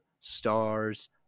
stars